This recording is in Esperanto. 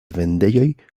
vendejoj